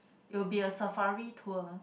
it will be a safari tour